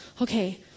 okay